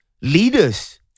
leaders